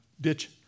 ditch